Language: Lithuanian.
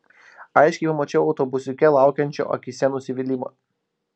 aiškiai pamačiau autobusiuke laukiančio akyse nusivylimą